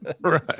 Right